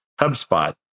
HubSpot